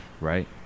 right